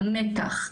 המתח,